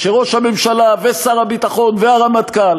וראש הממשלה ושר הביטחון והרמטכ"ל